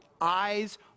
eyes